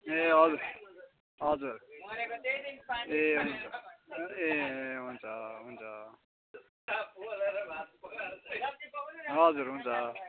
ए हजुर हजुर ए ए हुन्छ हुन्छ हजुर हुन्छ